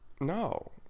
No